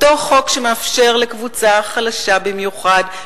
אותו חוק שמאפשר לקבוצה חלשה במיוחד,